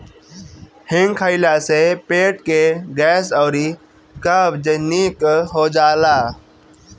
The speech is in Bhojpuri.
हिंग खइला से पेट के गैस अउरी कब्ज निक हो जाला